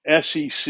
SEC